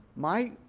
my